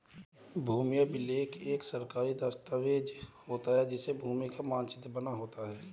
भूमि अभिलेख एक सरकारी दस्तावेज होता है जिसमें भूमि का मानचित्र बना होता है